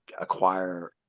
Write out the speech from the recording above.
acquire